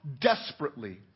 desperately